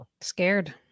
Scared